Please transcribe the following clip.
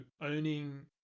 owning